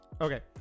Okay